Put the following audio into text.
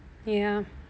ya